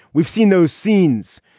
we've seen those scenes.